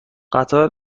قطار